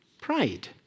pride